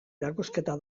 erakusketa